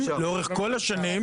לאורך כל השנים,